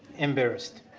embarrassed.